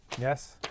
Yes